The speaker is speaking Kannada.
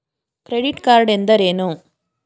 ಕ್ರೆಡಿಟ್ ಕಾರ್ಡ್ ಎಂದರೇನು?